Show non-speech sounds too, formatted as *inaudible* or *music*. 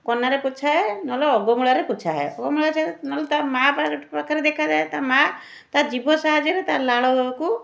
କନାରେ ପୋଛା ହୁଏ ନହେଲେ ଅଗମୁଳାରେ ପୋଛା ହଏ ଅଗମୁଳାରେ ପୋଛା ହୁଏ ନହେଲେ ତା' ମା' ପାଖରେ *unintelligible* ଦେଖଯାଏ ତା' ମା' ତା' ଜିଭ ସାହାଯ୍ୟରେ ତା' ଲାଳକୁ